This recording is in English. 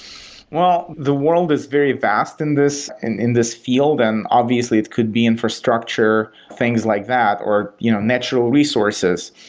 well, the world is very fast in this and in this field and obviously it could be infrastructure, things like that, or you know natural resources.